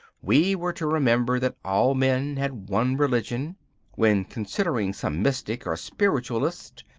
we were to remember that all men had one religion when considering some mystic or spiritualist,